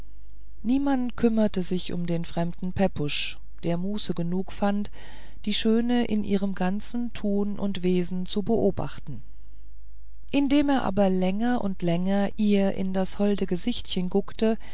niemand kümmerte sich um den fremden pepusch der muße genug fand die schöne in ihrem ganzen tun und wesen zu beobachten indem er aber länger und länger ihr in das holde gesichtchen guckte